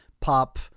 pop